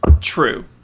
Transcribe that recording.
True